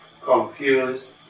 confused